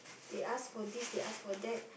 they ask for this they ask for that